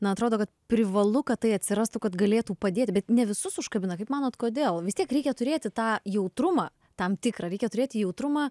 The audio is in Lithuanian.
na atrodo kad privalu kad tai atsirastų kad galėtų padėti bet ne visus užkabina kaip manot kodėl vis tiek reikia turėti tą jautrumą tam tikrą reikia turėti jautrumą